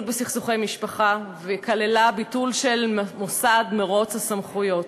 בסכסוכי משפחה וכללה ביטול של מוסד מירוץ הסמכויות.